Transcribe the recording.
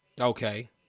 Okay